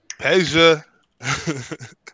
Peja